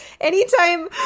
anytime